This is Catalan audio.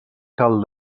cal